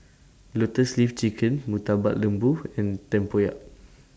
Lotus Leaf Chicken Murtabak Lembu and Tempoyak